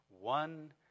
One